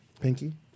Pinky